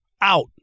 out